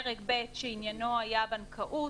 פרק ב' שעניינו היה בנקאות,